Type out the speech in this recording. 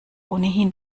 ohnehin